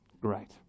Great